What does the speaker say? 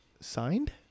signed